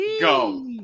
Go